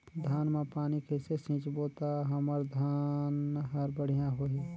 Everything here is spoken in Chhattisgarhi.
धान मा पानी कइसे सिंचबो ता हमर धन हर बढ़िया होही?